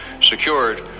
secured